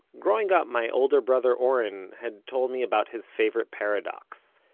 growing up, my older brother oren had told me about his favorite paradox.